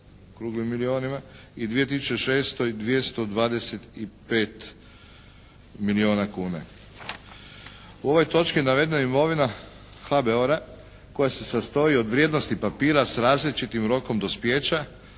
i 2006. 225 milijuna kuna. U ovoj točki navedena imovina HBOR-a koja se sastoji od vrijednosnih papira s različitim rokom dospijeća,